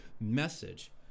message